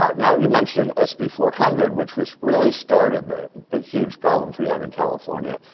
um now you mentioned sb four hundred, which was really started the the huge problem we have in california.